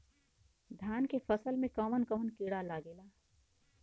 धान के फसल मे कवन कवन कीड़ा लागेला?